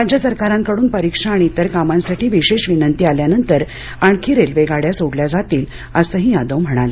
राज्य सरकारांकडून परीक्षा आणि आणि इतर कामांसाठी विशेष विनंती आल्यानंतर आणखी रेल्वेगाड्या सोडल्या जातील असंही यादव म्हणाले